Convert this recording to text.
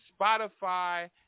Spotify